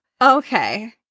Okay